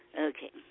okay